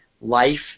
life